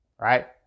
right